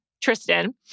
Tristan